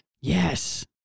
Yes